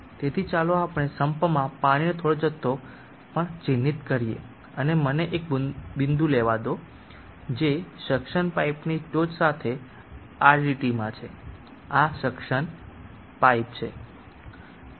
તેથી ચાલો આપણે સમ્પમાં પાણીનો થોડો જથ્થો પણ ચિહ્નિત કરીએ અને મને એક બિંદુ લેવા દો જે સક્શન પાઇપની ટોચ સાથે આડી લીટીમાં છે આ સક્શન પાઇપ છે